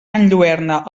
enlluerna